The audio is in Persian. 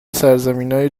سرزمینای